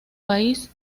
país